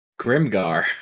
Grimgar